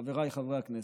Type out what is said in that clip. חבריי חברי הכנסת,